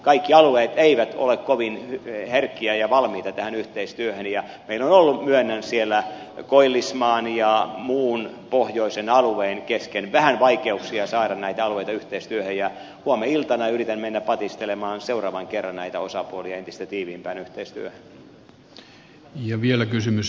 kaikki alueet eivät ole kovin herkkiä ja valmiita tähän yhteistyöhön ja meillä on ollut myönnän siellä koillismaan ja muun pohjoisen alueen kesken vähän vaikeuksia saada näitä alueita yhteistyöhön ja huomeniltana yritän mennä patistelemaan seuraavan kerran näitä osapuolia entistä tiiviimpään yhteistyöhön